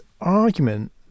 argument